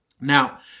Now